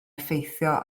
effeithio